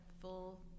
full